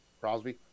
Crosby